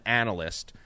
analyst